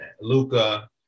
Luca